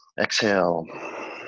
Exhale